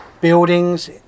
Buildings